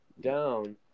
down